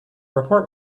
report